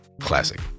classic